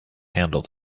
handle